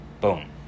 boom